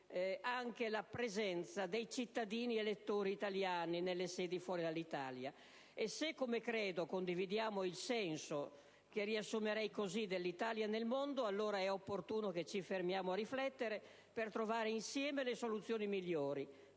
anche la presenza dei cittadini elettori italiani nelle sedi fuori dall'Italia. Se, come credo, condividiamo il senso dell'espressione «Italia nel mondo», allora è opportuno che ci fermiamo a riflettere per trovare insieme le soluzioni migliori,